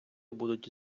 будуть